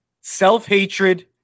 self-hatred